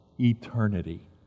eternity